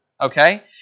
Okay